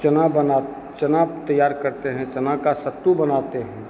चना बना चना तैयार करते हैं चना का सत्तू बनाते हैं